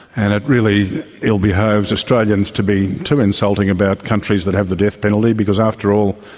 and it really ill behoves australians to be too insulting about countries that have the death penalty because, after all,